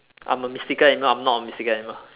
I'm a mystical animal or I'm not a mystical animal